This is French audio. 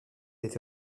été